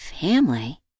Family